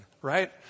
Right